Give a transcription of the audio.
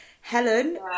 helen